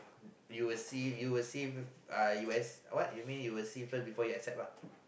you will see you will see uh what you mean you will see first before you accept ah